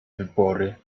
wybory